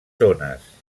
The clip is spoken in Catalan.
zones